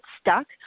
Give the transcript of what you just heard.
stuck